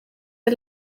der